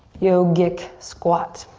yogic squat.